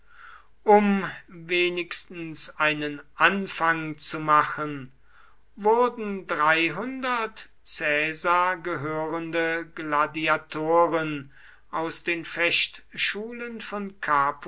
um wenigstens einen anfang zu machen wurden dreihundert caesar gehörende gladiatoren aus den fechtschulen von capua